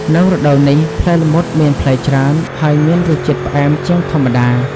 នៅរដូវនេះ ផ្លែល្មុតមានផ្លែច្រើន ហើយមានរសជាតិផ្អែមជាងធម្មតា។